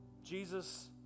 Jesus